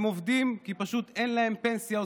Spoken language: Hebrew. הם עובדים כי פשוט אין להם פנסיה או